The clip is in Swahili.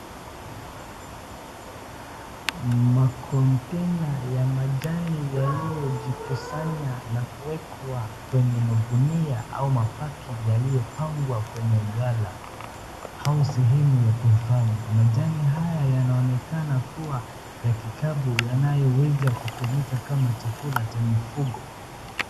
Macontainer ya majani yaliyojikusanya na kuwekwa kwenye magunia au mabagi yaliyopangwa kwenye gala au sehemu ya kuhifadhi, majani hayo yanaonekana kuwa ya kikapu yanayoweza kutumika kama chakula cha mifugo.